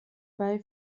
bei